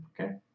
okay